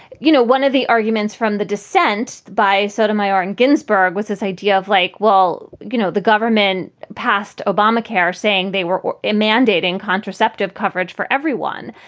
you know, one of the arguments from the dissent by sotomayor and ginsburg was this idea of like, well, you know, the government passed obamacare saying they were were ah mandating contraceptive coverage for everyone.